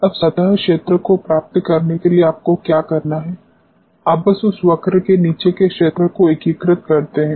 अब सतह क्षेत्र को प्राप्त करने के लिए आपको क्या करना है आप बस उस वक्र के नीचे के क्षेत्र को एकीकृत करते हैं